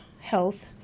Health